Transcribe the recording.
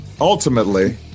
ultimately